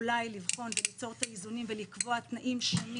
ואולי לבחון וליצור את האיזונים ולקבוע תנאים שונים